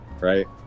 Right